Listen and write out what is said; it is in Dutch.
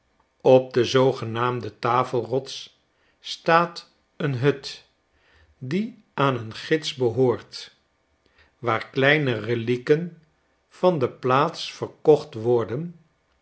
op de zoogenaamde tafelrots staat een hut die aan een gids behoort waar kleine relieken van de plaats verkocht worden